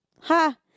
Ha